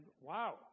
wow